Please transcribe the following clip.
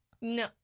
No